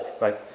Right